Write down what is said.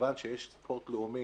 מכיוון שיש ספורט לאומי